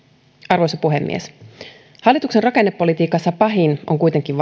arvoisa puhemies hallituksen rakennepolitiikassa pahin on kuitenkin